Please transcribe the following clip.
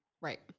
Right